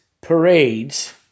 parades